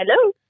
Hello